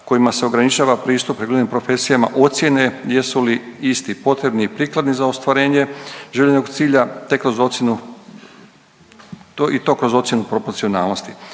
kojima se ograničava pristup reguliranim profesijama ocijene jesu li isti potrebni i prikladni za ostvarenje željenog cilja te kroz ocjenu, i to kroz ocjenu proporcionalnosti.